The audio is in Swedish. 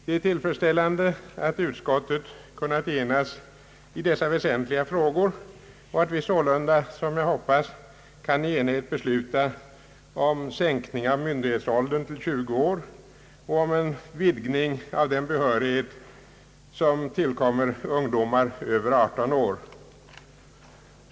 Det är tillfredsställande att utskottet kunnat enas i dessa väsentliga frågor och att vi sålunda, som jag hoppas, kan i enighet besluta om sänkning av myndighetsåldern till 20 år och om en vidgning av den behörighet som tillkommer ungdomar över 18 år.